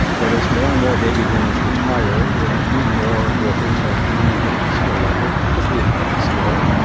but as more and more baby boomers retire, we're going to need more workers of many different skill levels, particularly highly skilled.